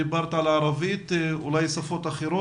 הזכרת את השפה הערבית ואולי יש עוד שפות אחרות.